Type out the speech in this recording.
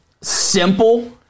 simple